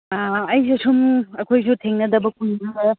ꯑꯥ ꯑꯩꯁꯨ ꯁꯨꯝ ꯑꯩꯈꯣꯏꯁꯨ ꯊꯦꯡꯅꯗꯕ ꯀꯨꯏꯔꯦ